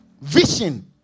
vision